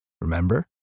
Remember